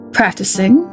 practicing